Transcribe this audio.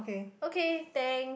okay thanks